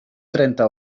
trenta